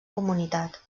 comunitat